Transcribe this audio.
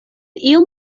iom